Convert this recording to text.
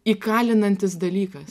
įkalinantis dalykas